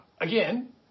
again